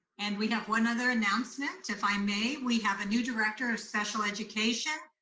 and we have one other announcement, if i may. we have a new director of special education.